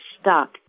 stuck